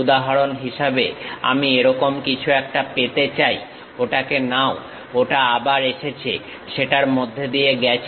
উদাহরণ হিসেবে আমি এরকম কিছু একটা পেতে চাই ওটাকে নাও ওটা আবার এসেছে সেটার মধ্যে দিয়ে গেছে